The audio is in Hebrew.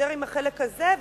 נסתדר עם החלק הזה,